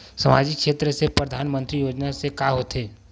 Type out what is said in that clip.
सामजिक क्षेत्र से परधानमंतरी योजना से का होथे?